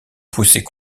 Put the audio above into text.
poussaient